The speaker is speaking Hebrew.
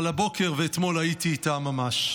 אבל הבוקר ואתמול הייתי איתם ממש,